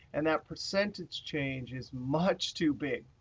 and that percentage change is much too big.